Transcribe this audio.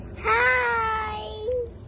Hi